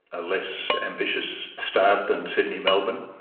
a less ambitious start than sydney-melbourne.